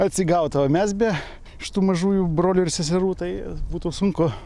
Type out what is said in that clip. atsigautų o mes be šitų mažųjų brolių ir seserų tai būtų sunku